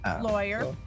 lawyer